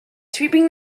sweeping